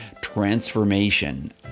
transformation